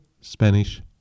Spanish